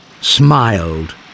smiled